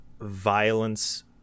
violence